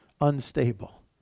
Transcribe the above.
Unstable